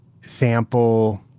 sample